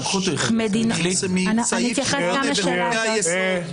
מסעיף 8 בחוקי היסוד.